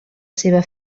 seva